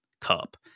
Cup